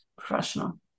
professional